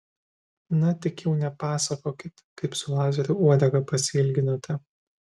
na tik jau nepasakokit kaip su lazeriu uodegą pasiilginote